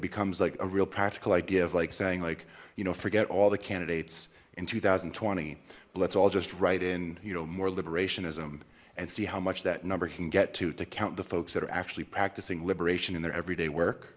becomes like a real practical idea of like saying like you know forget all the candidates in two thousand and twenty but let's all just write in you know more liberation ism and see how much that number can get to to count the folks that are actually practicing liberation in their everyday work